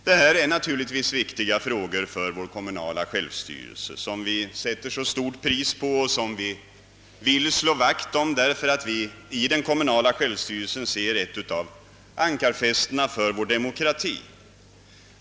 Detta är naturligtvis viktiga frågor för vår kommunala självstyrelse, som vi sätter så stort pris på och som vi vill slå vakt om, därför att vi i den ser ett av ankarfästena för vår demokrati.